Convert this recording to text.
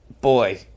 boy